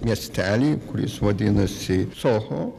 miestelį kuris vadinasi soho